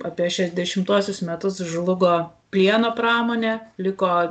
apie šešiasdešimtuosius metus žlugo plieno pramonė liko